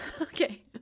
Okay